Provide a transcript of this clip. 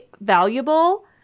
valuable